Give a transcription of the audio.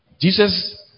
Jesus